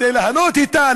כדי ליהנות אתה,